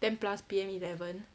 ten plus P_M eleven